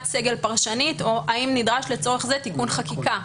סגל פרשנית או האם נדרש לצורך זה תיקון חקיקה.